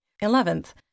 Eleventh